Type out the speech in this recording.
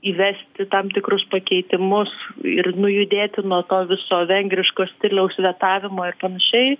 įvesti tam tikrus pakeitimus ir nujudėti nuo to viso vengriško stiliaus vetavimo ir panašiai